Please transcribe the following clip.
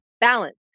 balance